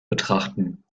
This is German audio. betrachten